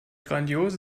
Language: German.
grandiose